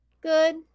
Good